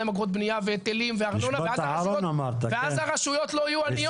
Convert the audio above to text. אגרות בניה והיטלים וארנונה ואז הרשויות לא יהיו עניות,